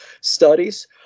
studies